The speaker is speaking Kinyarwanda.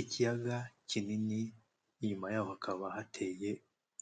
Ikiyaga kinini, inyuma y'aho hakaba hateye